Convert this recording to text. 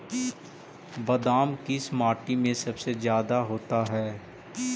बादाम किस माटी में सबसे ज्यादा होता है?